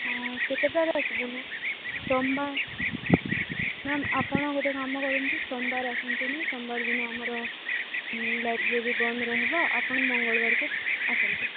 ହଁ କେତେଟାରେ ଆସିବେ ମ୍ୟାମ୍ ସୋମବାର ମ୍ୟାମ୍ ଆପଣ ଗୋଟେ କାମ କରନ୍ତୁ ସୋମବାର ଆସନ୍ତୁନି ସୋମବାର ଦିନ ଆମର ଲାଇବ୍ରେରୀ ବନ୍ଦ ରହିବ ଆପଣ ମଙ୍ଗଳବାରକୁ ଆସନ୍ତୁ